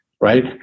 right